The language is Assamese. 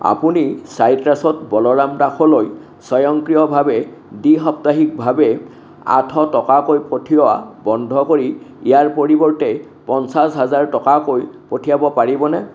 আপুনি চাইট্ৰাছত বলোৰাম দাসলৈ স্বয়ংক্ৰিয়ভাৱে দ্বি সাপ্তাহিকভাৱে আঠশ টকাকৈ পঠিওৱা বন্ধ কৰি ইয়াৰ পৰিৱৰ্তে পঞ্চাশ হাজাৰ টকাকৈ পঠিয়াব পাৰিবনে